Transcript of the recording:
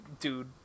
dude